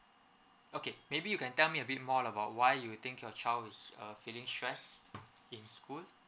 okay maybe you can tell me a bit more about why you think your child is uh feeling stressed in school